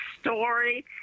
story